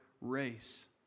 race